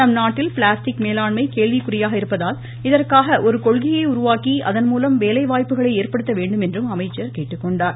நம் நாட்டில் பிளடிாஸ்டிக் மேலாண்மை கேள்விக்குறியாக உள்ளதால் இதற்காக ஒரு கொள்கையை உருவாக்கி அதன்மூலம் வேலைவாய்ப்புகளை ஏற்படுத்த வேண்டும் என்றும் அமைச்சர் கேட்டுக்கொண்டார்